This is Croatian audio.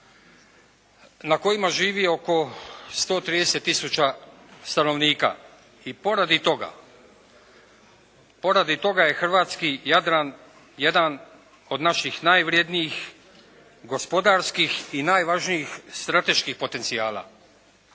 na kojima živi oko 130 tisuća stanovnika. I poradi toga, poradi toga je hrvatski Jadran jedan od naših najvrednijih gospodarskih i najvažnijih strateških potencijala.